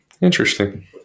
interesting